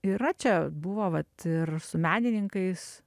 yra čia buvo vat ir su menininkais